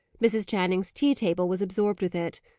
mrs. channing's tea-table was absorbed with it.